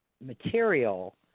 material –